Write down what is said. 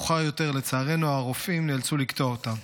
אך מאוחר יותר, לצערנו, הרופאים נאלצו לקטוע אותה.